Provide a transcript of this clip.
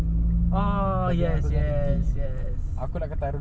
ah yes yes yes